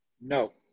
No